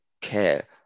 care